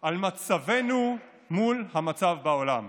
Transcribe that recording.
על מצבנו מול המצב בעולם.